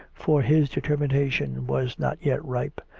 for his determination was not yet ripe,